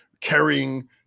carrying